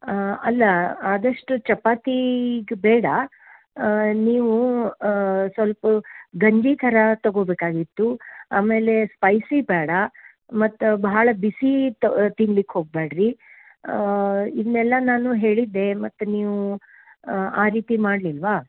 ಹಾಂ ಅಲ್ಲ ಆದಷ್ಟು ಚಪಾತಿ ಈಗ ಬೇಡ ನೀವು ಸ್ವಲ್ಪ ಗಂಜಿ ಥರ ತಗೋಬೇಕಾಗಿತ್ತು ಆಮೇಲೆ ಸ್ಪೈಸಿ ಬೇಡ ಮತ್ತು ಬಹಳ ಬಿಸಿ ತಿನ್ಲಿಕ್ಕೆ ಹೋಗ್ಬ್ಯಾಡಿ ರೀ ಇದನ್ನೆಲ್ಲ ನಾನು ಹೇಳಿದ್ದೆ ಮತ್ತು ನೀವು ಆ ರೀತಿ ಮಾಡಲಿಲ್ವ